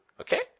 Okay